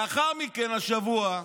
לאחר מכן, השבוע,